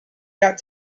got